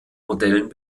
modellen